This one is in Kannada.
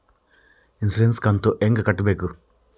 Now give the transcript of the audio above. ಇನ್ಸುರೆನ್ಸ್ ಕಂತು ಹೆಂಗ ಕಟ್ಟಬೇಕು?